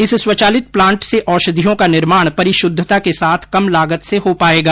इस स्वचलित प्लांट से औषधियोँ का निर्माण परिशद्धता के साथ कम लागत से हो पाएगा